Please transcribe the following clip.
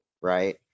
right